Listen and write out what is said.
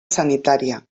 sanitària